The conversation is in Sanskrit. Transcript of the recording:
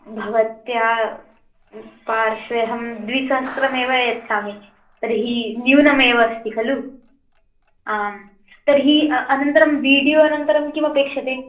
भवत्याः पार्श्वे अहं द्विसहस्रमेव यच्छामि तर्हि न्यूनमेव अस्ति खलु आं तर्हि अनन्तरं वीडियो अनन्तरं किमपेक्षते